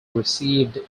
received